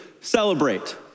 celebrate